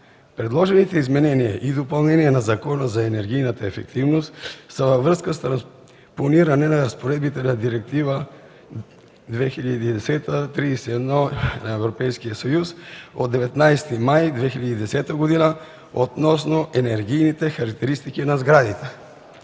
Предложените изменения и допълнения на Закона за енергийната ефективност са във връзка с транспониране разпоредбите на Директива 2010/31/ЕС от 19 май 2010 г. относно енергийните характеристики на сградите.